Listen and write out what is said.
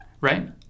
right